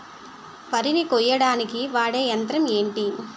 వరి ని కోయడానికి వాడే యంత్రం ఏంటి?